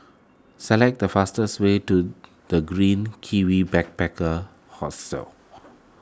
select the fastest way to the Green Kiwi Backpacker Hostel